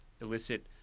elicit